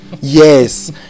yes